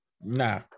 nah